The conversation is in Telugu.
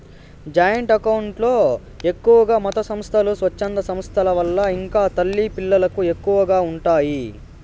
జాయింట్ అకౌంట్ లో ఎక్కువగా మతసంస్థలు, స్వచ్ఛంద సంస్థల వాళ్ళు ఇంకా తల్లి పిల్లలకు ఎక్కువగా ఉంటాయి